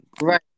Right